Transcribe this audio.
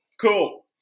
Cool